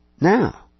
now